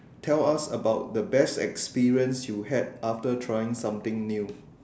tell us about the best experience you had after trying something new